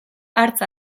hartz